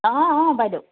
অঁ অঁ বাইদেউ